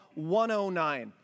109